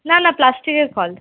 না না প্লাস্টিকের কল